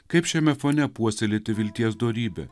kaip šiame fone puoselėti vilties dorybę